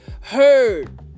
heard